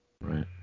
Right